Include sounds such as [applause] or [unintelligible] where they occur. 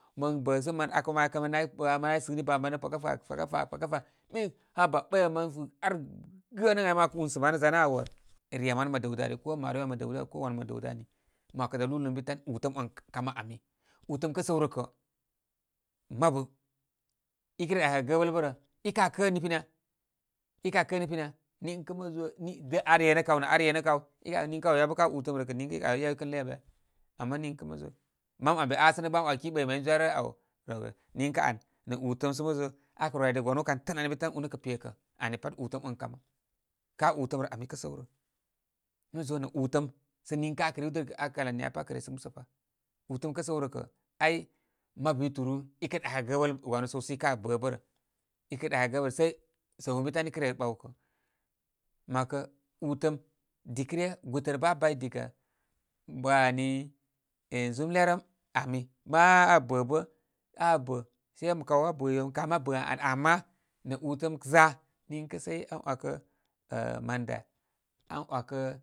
Mən bə' sə mən akaw mə nay mə nay sini baa manə paga pa, paga pa, paga pa, paga pa, haba bəyma mə si ar gənə ən ai. Mə way unsə manə zanə aawor. rye nanə mə dəwdə ari ko marori mə dəwdi aw ko wan mə dəwdə ani, mə 'wakə da lubarubarkin ə bi tan. Utəm on kamə ami utəm kə səw rə kə' mabu i kə re ɗakə'gə gəbəl barə. i kə kə nipinyə? I ka kə nipinya? Niākə mə zo ni ar yenə kaw nə ar ye nə kaw i niŋkə aw yabə ka utəm rə kə' niŋkə i aw i kən ləy abə ya? Ama niŋkə' mə zo, mam am be asənəgə bə' an 'waki ɓəyma i dwarə āw [unintelligible] niŋkə an nə ubartəm sə mə zo, akə rwidəgə wane wow kan tənan on bi tan unə kə pekə. Ani pat utəm on kamə. Kā ubartəm rə ami kə' səw nə. Mə zo nə' ubartəm sə niŋkə akə riwdə a kala niya pat kə resəgə musə pa. Utəm kə sərə kə' ai mabu yuturu i kə dakə gəbəl wanu səw sə i bə bə rə. i dakəgə gəbəlsai səw ə bi tan i kə re ɓawkə' mə 'wakə utəm dikə ryə gutər bə' a bay diga wani e zum, lerə'm am ma aa bə' bə' aa bə se e' mabu kaw aa bə' yo m, kam aa bə' an ama nə utəm za niŋkə sə e' an 'wakə əh man da, an wakə.